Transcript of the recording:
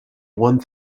one